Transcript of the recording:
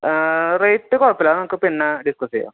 rate കുഴപ്പമില്ല നമുക്ക് പിന്നെ ഡിസ്കസ്സ് ചെയ്യാം